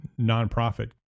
nonprofit